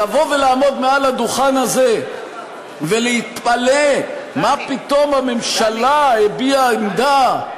לבוא ולעמוד מעל הדוכן הזה ולהתפלא מה פתאום הממשלה הביעה עמדה,